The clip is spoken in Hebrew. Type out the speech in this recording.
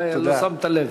אולי לא שמת לב.